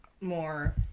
more